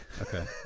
Okay